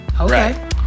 okay